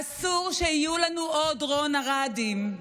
אסור שיהיו לנו עוד רון ארדים.